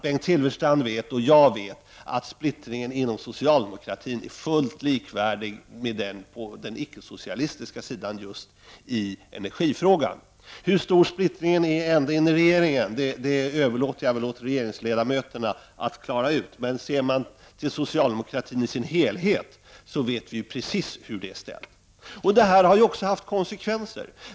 Bengt Silfverstrand och jag vet ju att splittringen inom socialdemokratin är fullt likvärdig med den på den icke-socialistiska sidan just i energifrågan. Hur stor splittringen är ända in i regeringen överlåter jag åt regeringsledamöterna att klara ut. Men om man ser på socialdemokratin i dess helhet vet vi precis hur det är ställt. Detta har också haft konsekvenser.